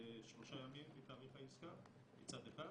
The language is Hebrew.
שלושה ימים מתאריך העסקה מצד אחד,